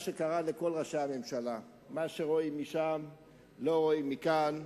מה שקרה לכל ראשי הממשלה: מה שרואים משם לא רואים מכאן.